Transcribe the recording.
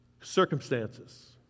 circumstances